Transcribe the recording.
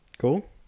cool